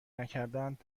نکردند